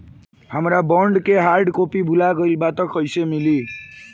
हमार बॉन्ड के hard copy भुला गएलबा त कैसे मिली?